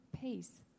peace